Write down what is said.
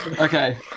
Okay